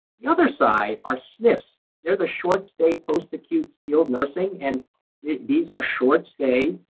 the other side are snfs. they're the short-stay post-acute skilled nursing. and these are short-stay.